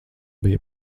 bija